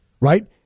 right